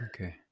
Okay